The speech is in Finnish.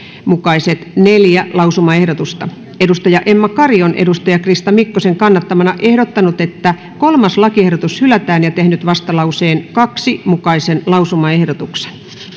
mukaiset neljä lausumaehdotusta emma kari on krista mikkosen kannattamana ehdottanut että kolmas lakiehdotus hylätään ja tehnyt vastalauseen kahden mukaisen lausumaehdotuksen